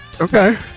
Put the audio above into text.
Okay